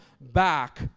back